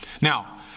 Now